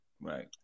right